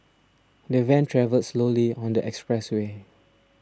the van travelled slowly on the expressway